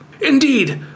Indeed